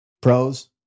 pros